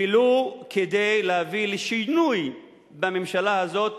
ולו כדי להביא לשינוי בממשלה הזאת.